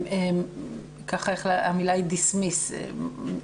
המילה היא dismiss,